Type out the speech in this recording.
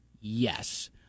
yes